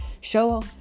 Show